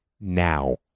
now